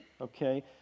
okay